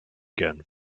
gun